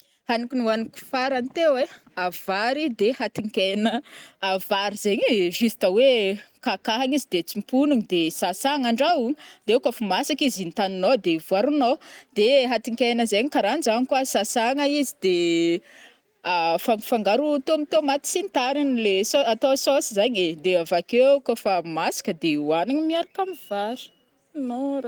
Hagniko nohoagniko farany teo ai, vary de hatinkegna vary zegny ai juste oe kakahagny izy de tsimponigny de sasagna andrahoagna de koa fo masaka izy intaninao de voariagno de hatinkena zegny karanjagny koa sasagna izy de fangafangaro tom -tomate sy ny tariny, le so atao sosy zagny e, dia avekeo koa fa masaka de ohanigny miaraka amivary.